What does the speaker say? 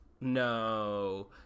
No